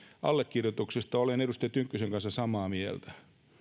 allekirjoituksesta olen edustaja tynkkysen kanssa samaa mieltä